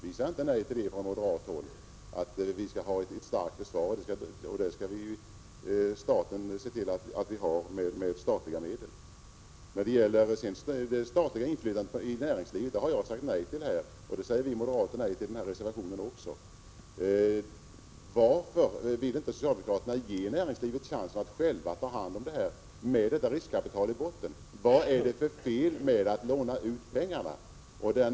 Vi säger från moderat håll inte nej till ett starkt försvar, och det skall staten se till att vi får med statliga medel. Det statliga inflytandet över näringslivet har jag sagt nej till här, och det säger vi moderater nej till i reservationen också. Varför vill inte socialdemokraterna ge näringslivet chansen att självt ta hand om detta med riskkapitalet i botten? Vad är det för fel med att låna ut pengarna?